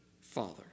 father